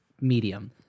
medium